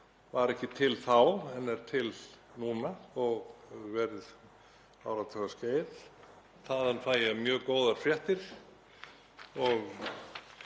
var ekki til þá en er til núna og hefur verið um áratugaskeið. Þaðan fæ ég mjög góðar fréttir og